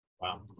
Wow